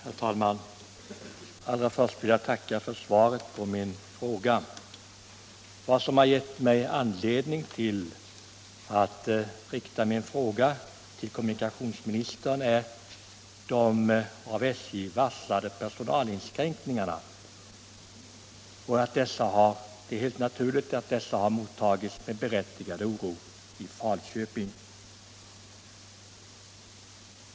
Herr talman! Allra först vill jag tacka för svaret på min fråga. Vad som har gett mig anledning att rikta min fråga till kommunikationsministern är de av SJ varslade personalinskränkningarna. Det är helt naturligt att dessa har mottagits med berättigad oro i Falköping.